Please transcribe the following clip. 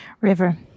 River